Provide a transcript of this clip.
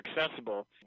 accessible